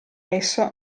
esso